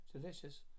Delicious